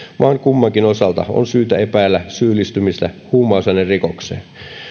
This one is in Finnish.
vaan kummankin osalta on syytä epäillä syyllistymistä huumausainerikokseen